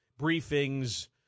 briefings